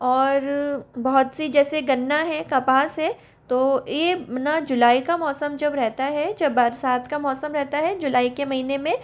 और बहुत सी जैसे गन्ना है कपास है तो ये न जुलाई का मौसम जब रहता है जब बरसात का मौसम रहता है जुलाई के महीने में